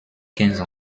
quinze